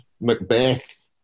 Macbeth